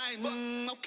Okay